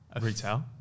retail